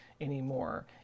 anymore